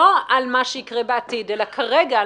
לא על מה שיקרה בעתיד אלא כרגע,